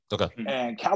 okay